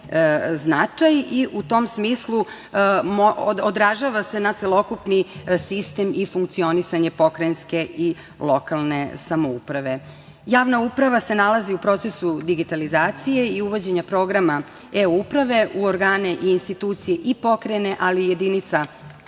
značaj. U tom smislu, odražava se na celokupni sistem i funkcionisanje pokrajinske i lokalne samouprave. Javna uprava se nalazi u procesu digitalizacije i uvođenja programa E-uprave u organe i institucije i pokrajine, ali i jedinica